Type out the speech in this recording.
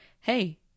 hey